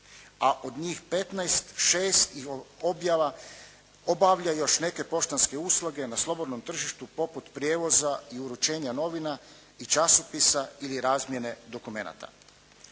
a od njih 15. 6 objava obavlja još neke poštanske usluge na slobodnom tržištu poput prijevoza i uručenja novina i časopisa ili razmjene dokumenata.